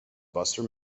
buster